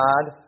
God